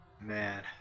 Man